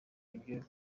ibyo